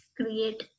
create